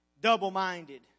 double-minded